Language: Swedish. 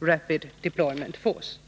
Rapid Deployment Force.